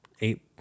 eight